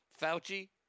Fauci